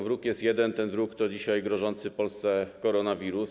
Wróg jest jeden, ten wróg to dzisiaj grożący Polsce koronawirus.